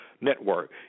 network